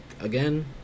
Again